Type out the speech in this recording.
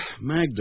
Magda